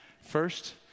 First